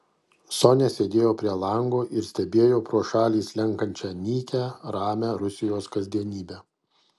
sonia sėdėjo prie lango ir stebėjo pro šalį slenkančią nykią ramią rusijos kasdienybę